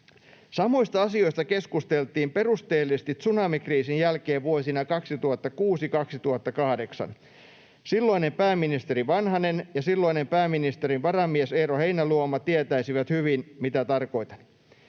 Samoista asioista keskusteltiin perusteellisesti tsunamikriisin jälkeen vuosina 2006—2008. Silloinen pääministeri Vanhanen ja silloinen pääministerin varamies Eero Heinäluoma tietäisivät hyvin, mitä tarkoitan.